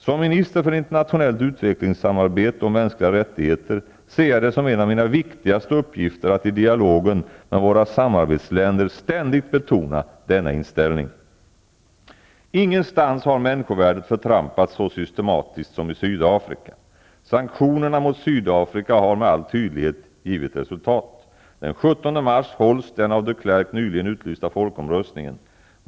Som minister för internationellt utvecklingssamarbete och mänskliga rättigheter ser jag det som en av mina viktigaste uppgifter att i dialogen med våra samarbetsländer ständigt betona denna inställning. Ingenstans har människovärdet förtrampats så systematiskt som i Sydafrika. Sanktionerna mot Sydafrika har med all tydlighet givit resultat. Den 17 mars hålls den av de Kleerk nyligen utlysta folkomröstningen.